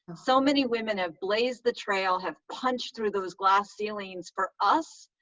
so, many women have blazed the trail, have punched through those glass ceilings for us,